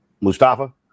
Mustafa